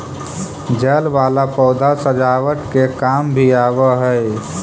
जल वाला पौधा सजावट के काम भी आवऽ हई